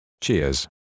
Cheers